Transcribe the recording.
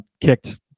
kicked